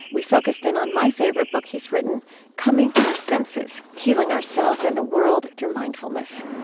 we focused in on my favorite book he's written coming to our senses healing ourselves and the world through mindfulness